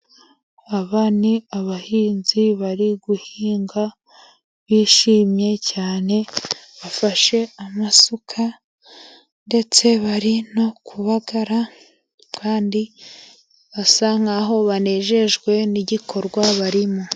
Aba ni abahinzi bari guhinga bishimye cyane, bafashe amasuka ndetse bari no kubagara, kandi basa nk'aho banejejwe n'igikorwa barimo.